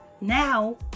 Now